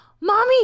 Mommy